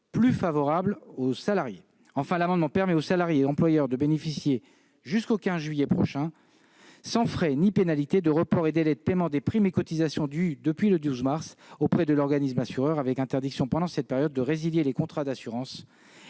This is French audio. plus favorable aux salariés. Enfin, l'amendement tend à permettre aux salariés et aux employeurs de bénéficier jusqu'au 15 juillet prochain, sans frais ni pénalités, de reports et de délais de paiement des primes et cotisations dues depuis le 12 mars auprès de l'organisme assureur, avec interdiction pendant cette période de résilier les contrats d'assurance